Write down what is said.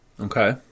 Okay